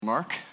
Mark